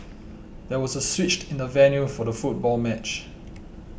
there was a switch in the venue for the football match